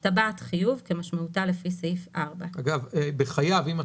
היום קצינת אג"ם,